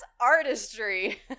artistry